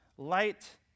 Light